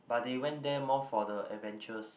but they went there more for the adventures